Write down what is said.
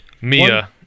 Mia